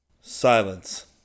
Silence